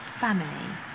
family